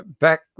back